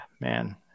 man